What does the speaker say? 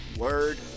Word